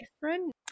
different